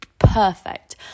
perfect